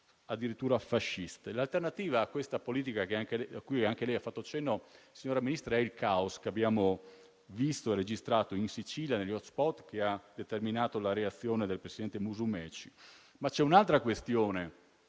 addirittura fasciste. L'alternativa a questa politica, cui anche lei ha fatto cenno, signor Ministro, è il caos che abbiamo visto e registrato in Sicilia negli *hotspot* e che ha determinato la reazione del presidente Musumeci. Ma c'è un'altra questione